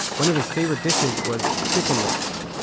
one of his favorite dishes was chicken legs.